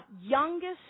youngest